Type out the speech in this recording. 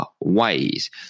ways